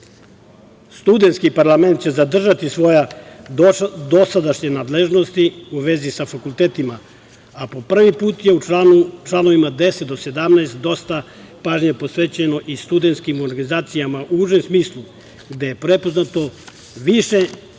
parlament će zadržati svoje dosadašnje nadležnosti u vezi sa fakultetima, a po prvi put je u čl. 10. do 17. dosta pažnje posvećeno i studentskim organizacijama u užem smislu, gde je prepoznato više